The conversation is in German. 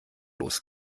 los